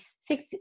six